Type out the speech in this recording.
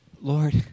Lord